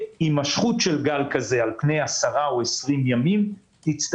והימשכות של גל כזה על פני 10 או 20 ימים יצטבר